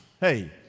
Hey